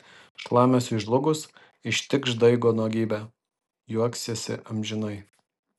šlamesiui žlugus ištikš daigo nuogybė juoksiesi amžinai